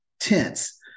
tense